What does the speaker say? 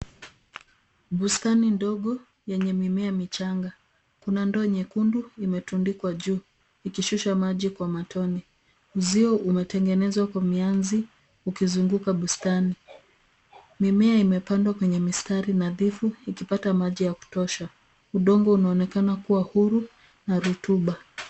Bustani ndogo yenye mimea michanga, kuna ndoo nyekundu imetundikwa juu ikishusha maji kwa matone. Uzio umetengenezwa kwa mianzi ukizunguka bustani. mimea imepandwa kwenye mistari nadhifu ikipata maji ya kutosha. Udongo unaonekana kuwa huru na rotuba.